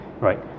right